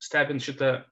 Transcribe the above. stebint šitą